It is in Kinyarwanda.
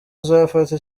uzafata